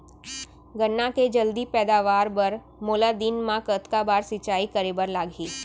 गन्ना के जलदी पैदावार बर, मोला दिन मा कतका बार सिंचाई करे बर लागही?